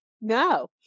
No